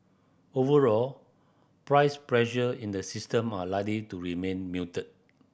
overall price pressure in the system are likely to remain muted